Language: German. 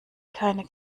keine